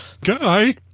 guy